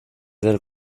del